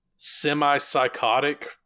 semi-psychotic